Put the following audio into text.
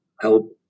help